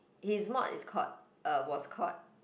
his mod is called uh was called